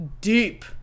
deep